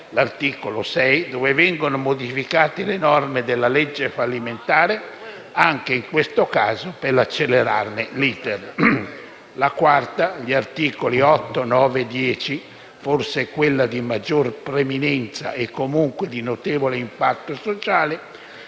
(articolo 6), dove vengono modificate le norme della legge fallimentare, anche in questo caso per accelerarne l'*iter*; la quarta (articoli 8, 9 e 10), forse quella di maggior preminenza e comunque di notevole impatto sociale,